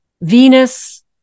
venus